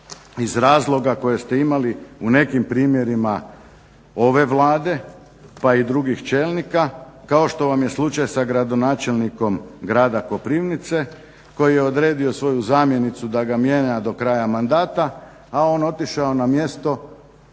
iz razloga koje ste imali u nekim primjerima ove Vlade pa i drugih čelnika kao što vam je slučaj sa gradonačelnikom grada Koprivnice koji je odgovorio svoju zamjenicu da ga mijenja do kraja mandata, a on otišao na mjesto